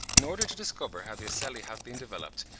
in order to discover how the ocelli have been developed,